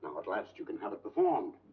at last you can have it performed.